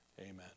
Amen